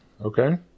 Okay